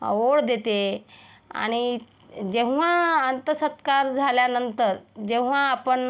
ओळ देते आणि जेव्हा अंत्यसत्कार झाल्यानंतर जेव्हा आपण